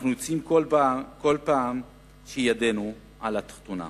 אנחנו יוצאים כל פעם כשידנו על התחתונה.